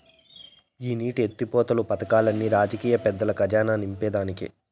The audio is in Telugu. ఈ నీటి ఎత్తిపోతలు పదకాల్లన్ని రాజకీయ పెద్దల కజానా నింపేదానికే